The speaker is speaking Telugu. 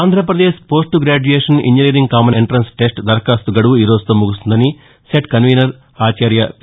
Andhra Pradesh post graduation engineering common entrance test దరఖాస్తు గడువు ఈ రోజుతో ముగుస్తుందని సెట్ కన్వీనర్ ఆచార్య పి